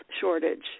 shortage